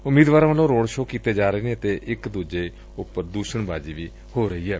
ਉਮੀਦਵਾਰਾ ਵੱਲੋਂ road show ਕੀਤੇ ਜਾ ਰਹੇ ਨੇ ਅਤੇ ਇਕ ਦੂਜੇ ਉਪਰ ਦੁਸ਼ਣਬਾਜ਼ੀ ਕਰ ਰਹੇ ਨੇ